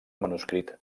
manuscrit